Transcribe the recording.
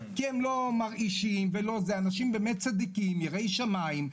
הם לא מרעישים, אנשים באמת צדיקים, יראי שמיים.